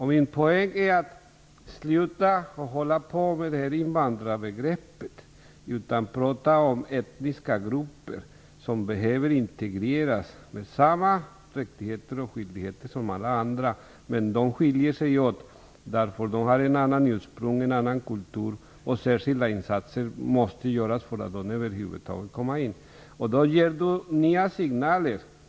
Min poäng är att man skall sluta att använda invandrarbegreppet och i stället prata om etniska grupper, som behöver integreras. De har samma rättigheter och skyldigheter som alla andra, men de skiljer sig från andra därför att de har ett annat ursprung och en annan kultur. Det måste göras särskilda insatser för att de över huvud taget skall komma in i samhället.